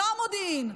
לא המודיעין.